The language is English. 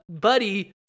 buddy